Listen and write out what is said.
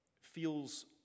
feels